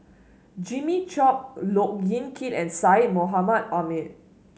Jimmy Chok Look Yan Kit and Syed Mohamed Ahmed